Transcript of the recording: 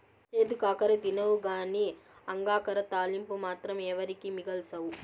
చేదు కాకర తినవుగానీ అంగాకర తాలింపు మాత్రం ఎవరికీ మిగల్సవు